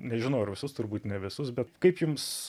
nežinau ar visus turbūt ne visus bet kaip jums